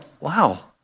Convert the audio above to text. Wow